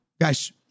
Guys